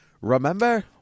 Remember